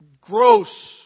gross